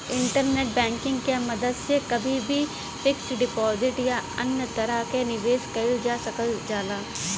internet banking क मदद से कभी भी फिक्स्ड डिपाजिट या अन्य तरह क निवेश कइल जा सकल जाला